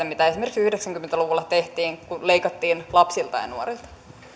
mitä esimerkiksi yhdeksänkymmentä luvulla tehtiin kun leikattiin lapsilta ja nuorilta